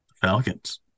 Falcons